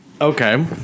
Okay